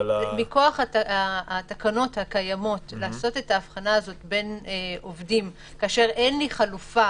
מכוח התקנות הקיימות לעשות את ההבחנה בין עובדים כשאין לי חלופה